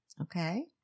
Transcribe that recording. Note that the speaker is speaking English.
Okay